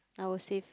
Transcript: I will save